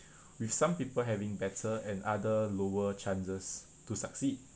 with some people having better and other lower chances to succeed